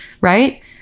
right